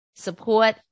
support